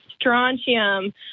strontium